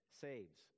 saves